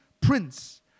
prince